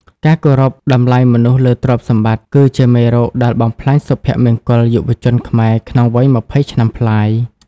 ការគោរពតម្លៃមនុស្សលើទ្រព្យសម្បត្តិ គឺជាមេរោគដែលបំផ្លាញសុភមង្គលយុវជនខ្មែរក្នុងវ័យ២០ឆ្នាំប្លាយ។